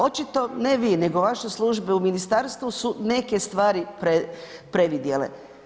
Očito, ne vi nego vaše službe u ministarstvu su neke stvari previdjele.